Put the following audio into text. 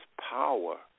power